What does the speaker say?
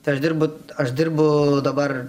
tai aš dirbu aš dirbu dabar